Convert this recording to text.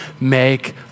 make